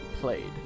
played